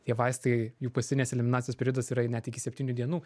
tie vaistai jų pusinės eliminacijos periodas yra net iki septynių dienų